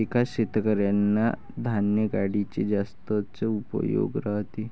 एका शेतकऱ्याला धान्य गाडीचे जास्तच उपयोग राहते